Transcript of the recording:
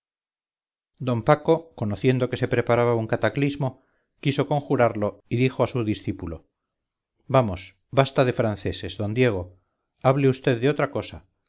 d paco conociendo que se preparaba un cataclismo quiso conjurarlo y dijo a su discípulo vamos basta de franceses d diego hable vd de otra cosa